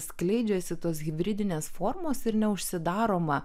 skleidžiasi tos hibridinės formos ir neužsidaroma